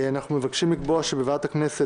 אנחנו מבקשים לקבוע שבוועדת הכנסת,